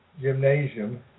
gymnasium